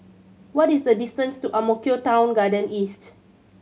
what is the distance to Ang Mo Kio Town Garden East